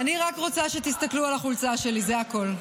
אני רק רוצה שתסתכלו על החולצה שלי, זה הכול.